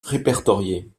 répertoriées